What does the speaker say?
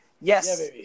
Yes